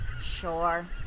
sure